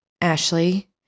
Ashley